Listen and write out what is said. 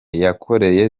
yakoreye